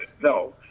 No